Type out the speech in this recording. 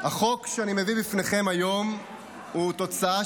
החוק שאני מביא לפניכם היום הוא תוצאה